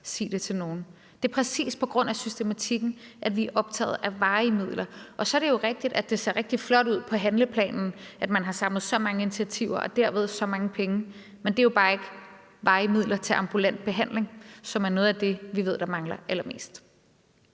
»Sig det til nogen«. Det er præcis på grund af systematikken, at vi er optaget af varige midler. Og så er det jo rigtigt, at det ser rigtig flot ud i handleplanen, at man har samlet så mange initiativer og derved så mange penge. Men det er jo bare ikke varige midler til ambulant behandling, som er noget af det, vi ved der mangler allermest.